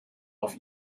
auf